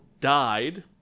died